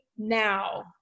Now